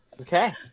Okay